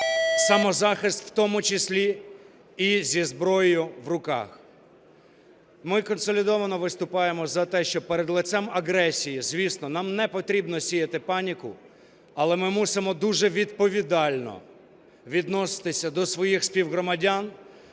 самозахист, в тому числі і зі зброєю в руках. Ми консолідовано виступаємо за те, щоб перед лицем агресії, звісно, нам не потрібно сіяти паніку, але ми мусимо дуже відповідально відноситися до своїх співгромадян,